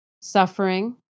suffering